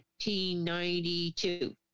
1992